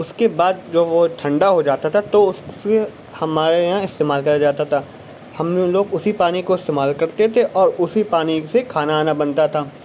اس کے بعد جب وہ ٹھنڈا ہو جاتا تھا تو اس کو ہمارے یہاں استعمال کرا جاتا تھا ہم لوگ اسی پانی کو استعمال کرتے تھے اور اسی پانی سے کھانا وانا بنتا تھا